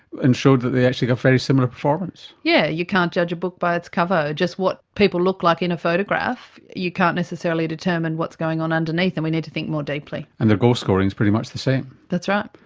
and showed that they actually got very similar performance. yeah, you can't judge a book by its cover. just what people look like in a photograph, you can't necessarily determine what's going on underneath, and we need to think more deeply. and their goal-scoring's pretty much the same. that's right.